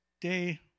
day